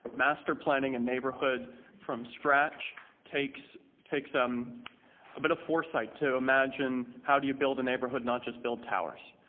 master planning and neighbourhood from stretch takes takes um a bit of foresight to imagine how do you build a neighbourhood neighbourhood? not just build towers?